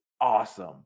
awesome